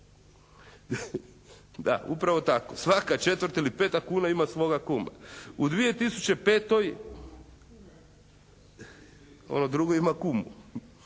Da, upravo tako, svaka četvrta ili peta kuna ima svoga kuma. U 2005. u 9 tisuća